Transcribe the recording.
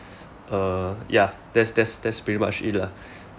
uh ya that's that's that's pretty much it lah